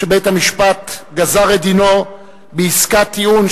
שבית-המשפט גזר את דינו בעסקת טיעון,